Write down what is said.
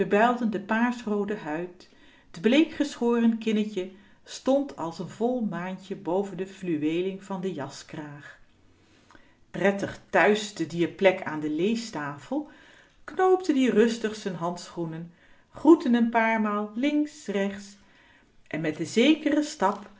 de paars roode huid t bleek geschoren kinnetje stond als n volmaantje boven de fluweeling van den jaskraag prettig thuis te dier plek aan de leestafel knoopte ie rustig z'n handschoenen groette n paar maal links rechts en met den zekeren stap